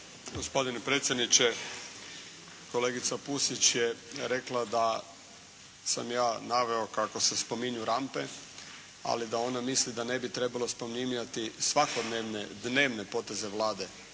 Gospodine predsjedniče! Kolegica Pusić je rekla da sam ja naveo kako se spominju rampe, ali da ona misli da ne bi trebalo spominjati svakodnevne dnevne poteze Vlade.